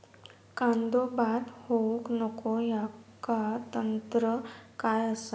कांदो बाद होऊक नको ह्याका तंत्र काय असा?